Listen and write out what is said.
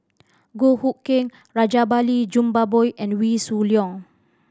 Goh Hood Keng Rajabali Jumabhoy and Wee Shoo Leong